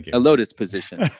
a lotus position.